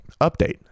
Update